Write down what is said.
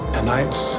Tonight's